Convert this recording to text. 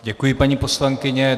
Děkuji, paní poslankyně.